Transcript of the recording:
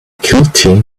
guilty